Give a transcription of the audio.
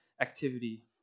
activity